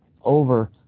over